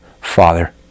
Father